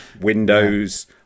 Windows